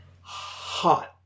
hot